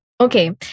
Okay